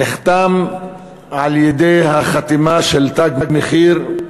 נחתם על-ידי החתימה של "תג מחיר",